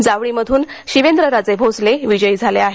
जावळी मधून शिवेंद्रराजे भोसले विजयी झाले आहेत